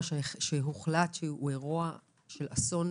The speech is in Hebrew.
או לתת מקדמה רק כאשר יש מתים מבחינתי